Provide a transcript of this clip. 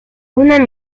una